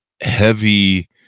heavy